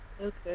okay